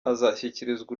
azashyikirizwa